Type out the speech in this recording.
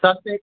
असं ते